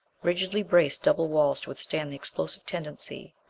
rigidly braced double walls to withstand the explosive tendency,